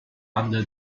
under